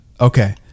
okay